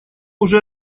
уже